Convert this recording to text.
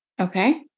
Okay